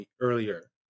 earlier